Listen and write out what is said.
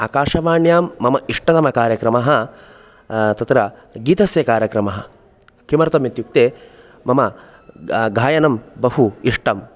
आकाशवाण्यां मम इष्टतमकार्यक्रमः तत्र गीतस्य कार्यक्रमः किर्थमित्युक्ते मम गायनं बहु इष्टं